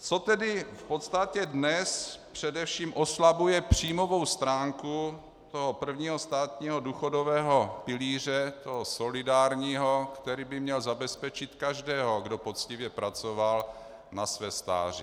Co tedy dnes především oslabuje příjmovou stránku prvního státního důchodového pilíře, toho solidárního, který by měl zabezpečit každého, kdo poctivě pracoval, na jeho stáří?